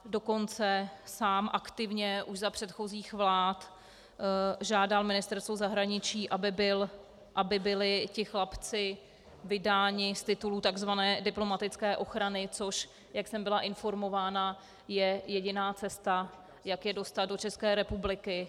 Dokonce sám aktivně už za předchozích vlád žádal Ministerstvo zahraničí, aby byli chlapci vydáni z titulu takzvané diplomatické ochrany, což, jak jsem byla informována, je jediná cesta, jak je dostat do České republiky.